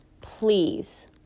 please